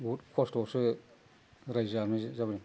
बुहुद खस्थ'आवसो रायजो जानाय जाबाय